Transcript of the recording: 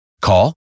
Call